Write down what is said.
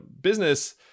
business